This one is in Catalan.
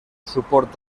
suport